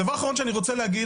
הדבר האחרון שאני רוצה להגיד,